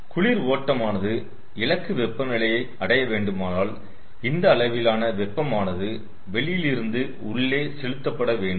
குளிர் ஓட்டமானது இலக்கு வெப்ப நிலையை அடைய வேண்டுமானால் இந்த அளவிலான வெப்பமானது வெளியிலிருந்து உள்ளே செலுத்தப்பட வேண்டும்